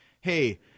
hey